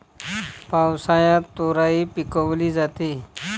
पावसाळ्यात तोराई पिकवली जाते